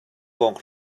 pawng